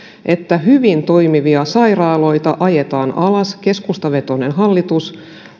että hyvin toimivia sairaaloita ajetaan alas keskustavetoinen hallitus